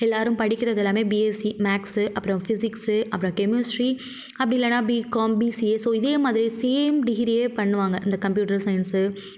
எல்லாேரும் படிக்கிறதெல்லாமே BSc maths அப்புறம் ஃபிசிக்ஸ் அப்புறம் கெமிஸ்ட்ரி அப்படி இல்லைனா பிகாம் பிசிஏ ஸோ இதே மாதிரி சேம் டிகிரியே பண்ணுவாங்க இந்த கம்யூட்டர் சயின்ஸ்ஸு